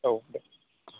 औ दे